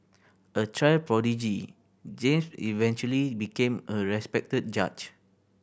a child prodigy James eventually became a respected judge